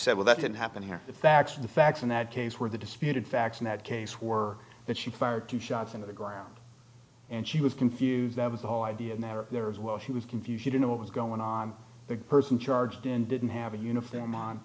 said well that didn't happen here the facts are the facts in that case were the disputed facts in that case were that she fired two shots into the ground and she was confused the whole idea of matter there was well she was confused you don't know what was going on the person charged and didn't have a uniform on